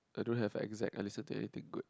I don't have exact I listen to anything good